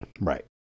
Right